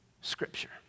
Scripture